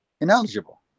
ineligible